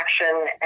action